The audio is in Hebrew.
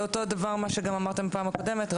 זה גם מה שאמרתם בפעם הקודמת,